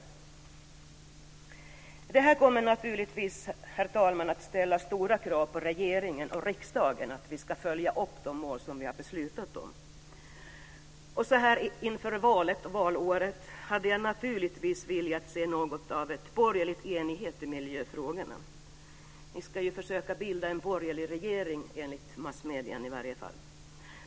Herr talman! Det kommer naturligtvis att ställa stora krav på regeringen och riksdagen att följa upp de mål som vi har beslutat om. Så här inför valåret hade jag naturligtvis velat se något av en borgerlig enighet i miljöfrågorna. Ni ska i varje fall enligt massmedierna försöka bilda en borgerlig regering.